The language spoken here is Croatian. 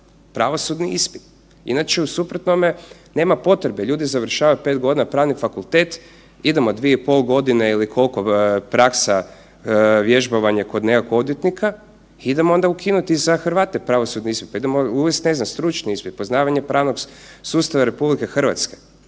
pravosudni ispit. Inače, u suprotnome, nema potrebe, ljudi završavaju 5 godina pravni fakultet, idemo 2 i pol godine ili koliko praksa, vježbovanje kod nekakvog odvjetnika, idemo onda ukinuti i za Hrvate pravosudni ispit pa idemo uvesti, ne znam, stručni ispit, poznavanje pravnog sustava RH.